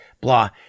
Blah